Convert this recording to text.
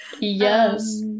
Yes